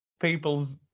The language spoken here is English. people's